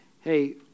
hey